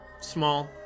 small